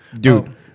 Dude